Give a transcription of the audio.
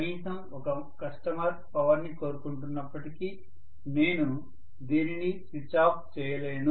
కనీసం ఒక customer power ని కోరుకుంటున్నప్పటికీ నేను దేనిని స్విచ్ ఆఫ్ చేయలేను